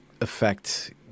affect